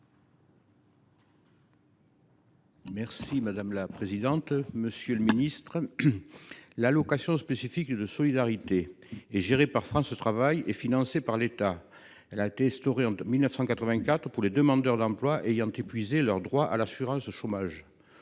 Madame la présidente, monsieur le ministre, l’allocation de solidarité spécifique (ASS) est gérée par France Travail et financée par l’État. Elle a été instaurée en 1984 pour les demandeurs d’emploi ayant épuisé leurs droits à l’assurance chômage.